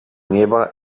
nieba